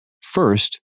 First